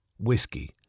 whiskey